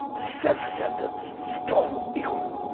self centred, strong ego.